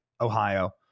Ohio